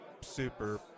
super